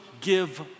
give